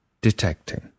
Detecting